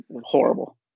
Horrible